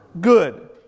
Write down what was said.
good